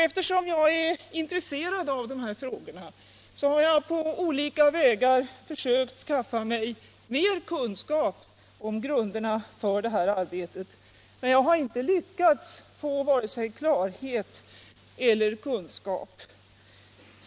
Eftersom jag är intresserad av de här frågorna har jag på olika vägar försökt skaffa mig mer kunskap om grunderna för det här arbetet, men jag har inte lyckats få vare sig klarhet eller kunskap.